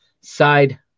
side